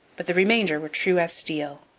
but the remainder were true as steel.